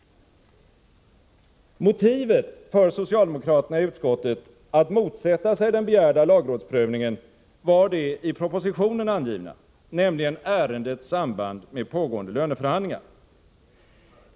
Motivet för socialdemokraterna i utskottet att motsätta sig den begärda lagrådsprövningen var det i propositionen angivna, nämligen ärendets samband med pågående löneförhandlingar.